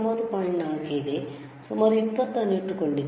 4 ಇದೆ ಸುಮಾರು 20 ಅನ್ನು ಇಟ್ಟುಕೊಂಡಿದ್ದೇನೆ